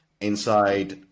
inside